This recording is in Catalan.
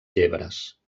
llebres